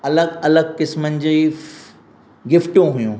अलॻि अलॻि क़िस्मनि जी गिफ़्टूं हुयूं